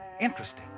Interesting